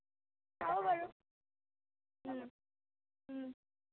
চাওঁ বাৰু